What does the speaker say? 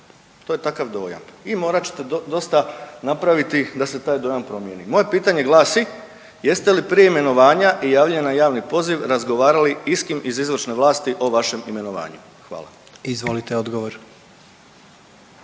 to je takav dojam i morat ćete dosta napraviti da se ta dojam promjeni. Moje pitanje glasi: Jeste li prije imenovanja i javljanja na Javni poziv razgovarali i s kim iz Izvršne vlasti o vašem imenovanju? Hvala. **Jandroković,